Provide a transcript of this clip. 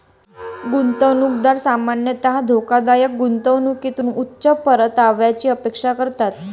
गुंतवणूकदार सामान्यतः धोकादायक गुंतवणुकीतून उच्च परताव्याची अपेक्षा करतात